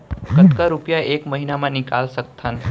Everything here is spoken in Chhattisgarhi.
कतका रुपिया एक महीना म निकाल सकथन?